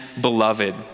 beloved